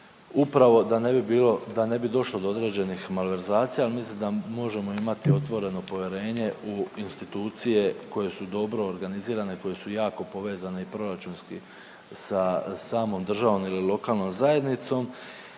bilo, da ne bi došlo do određenih malverzacija. Mislim da možemo imati otvoreno povjerenje u institucije koje su dobro organizirane i koje su jako povezane i proračunski sa samom državom ili lokalnom zajednicom